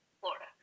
Florida